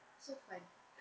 so fun